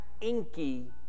inky